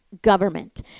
Government